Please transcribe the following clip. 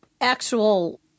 actual –